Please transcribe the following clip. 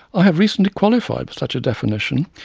i have recently qualified for such a definition,